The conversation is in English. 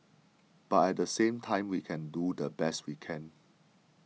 but at the same time we can do the best we can